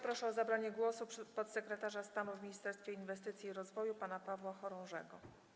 Proszę o zabranie głosu podsekretarza stanu w Ministerstwie Inwestycji i Rozwoju pana Pawła Chorążego.